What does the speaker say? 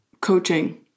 coaching